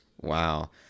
Wow